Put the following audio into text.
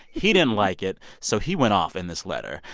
he didn't like it. so he went off in this letter.